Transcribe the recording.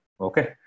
Okay